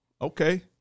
Okay